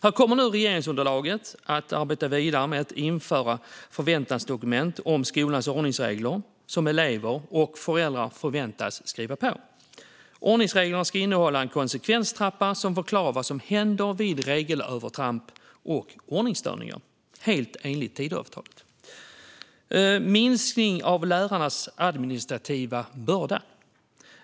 Där kommer nu regeringsunderlaget att arbeta vidare med att införa förväntansdokument om skolans ordningsregler som elever och föräldrar förväntas skriva på. Ordningsreglerna ska innehålla en konsekvenstrappa som förklarar vad som händer vid regelövertramp och ordningsstörningar - helt enligt Tidöavtalet. Det andra gäller en minskning av lärarnas administrativa börda.